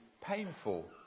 painful